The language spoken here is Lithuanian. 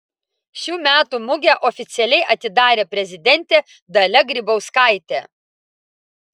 šių metų mugę oficialiai atidarė prezidentė dalia grybauskaitė